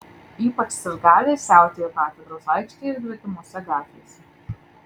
ypač sirgaliai siautėjo katedros aikštėje ir gretimose gatvėse